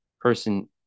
person